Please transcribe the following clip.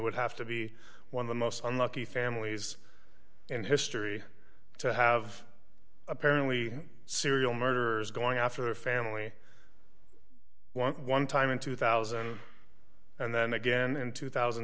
would have to be one of the most unlucky families in history to have apparently serial murderers going after family eleven time in two thousand and then again in two thousand